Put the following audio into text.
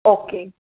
okay